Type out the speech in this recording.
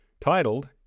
titled